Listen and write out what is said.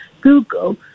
Google